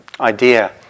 idea